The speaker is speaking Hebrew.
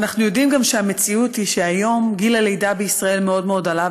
ואנחנו יודעים גם שהמציאות היא שהיום גיל הלידה בישראל מאוד מאוד עלה,